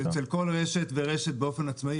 זה אצל כל רשת ורשת באופן עצמאי.